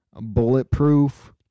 bulletproof